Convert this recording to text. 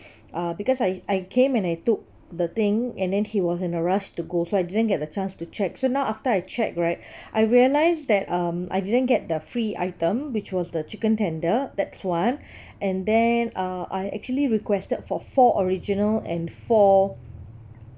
uh because I I came and I took the thing and then he was in a rush to go so I didn't get the chance to check so now after I check right I realise that um I didn't get the free item which was the chicken tender that's one and then uh I actually requested for four original and four